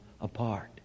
apart